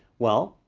well,